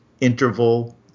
interval